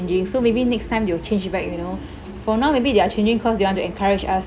changing so maybe next time they will change it back you know for now maybe they are changing cause they want to encourage us